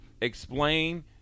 Explain